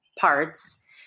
parts